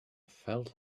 felt